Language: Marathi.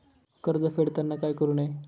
कर्ज फेडताना काय करु नये?